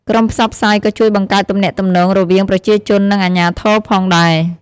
ក្រុមផ្សព្វផ្សាយក៏ជួយបង្កើតទំនាក់ទំនង រវាងប្រជាជននិងអាជ្ញាធរផងដែរ។